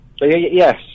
Yes